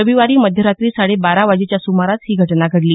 रविवारी मध्यरात्री साडे बारा वाजेच्या सुमारास ही घटना घडली